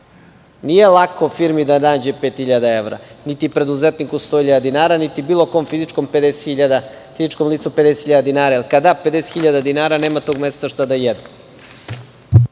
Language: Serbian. Nije lako firmi da nađe 5.000 evra, niti preduzetniku 100.000 dinara, niti bilo kom fizičkom licu 50.000 dinara, jer kada da 50.000 dinara on nema tog meseca šta da jede.